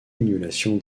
annulation